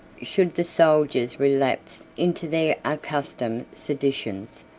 should the soldiers relapse into their accustomed seditions,